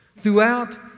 Throughout